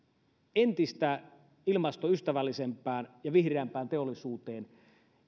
entistä ilmastoystävällisempään ja vihreämpään teollisuuteen